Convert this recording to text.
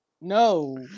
No